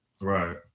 Right